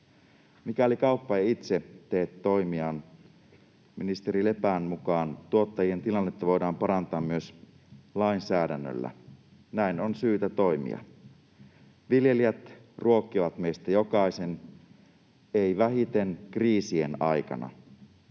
Mikäli kauppa ei itse tee toimiaan, ministeri Lepän mukaan tuottajien tilannetta voidaan parantaa myös lainsäädännöllä. Näin on syytä toimia. Viljelijät ruokkivat meistä jokaisen, eivät vähiten kriisien aikana.